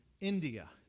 India